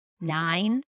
nine